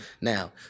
now